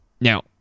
Now